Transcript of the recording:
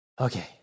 Okay